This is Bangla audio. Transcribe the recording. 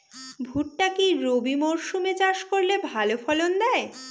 ভুট্টা কি রবি মরসুম এ চাষ করলে ভালো ফলন দেয়?